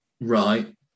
Right